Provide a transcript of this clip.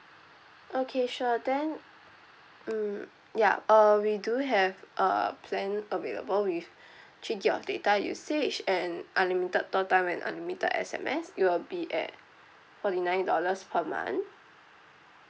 okay sure then um ya uh we do have a plan available with three gigabyte of data usage and unlimited talk time and unlimited S_M_S it'll be at forty nine dollars per month